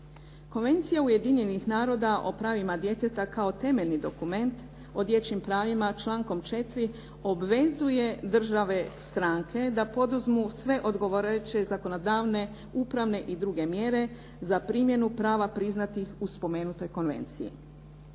Konvencija Ujedinjenih naroda o pravima djeteta kao temeljni dokument o dječjim pravima člankom 4. obvezuje države stranke da poduzmu sve odgovarajuće zakonodavne, upravne i druge mjere za primjenu prava priznatih u spomenutoj Konvenciji.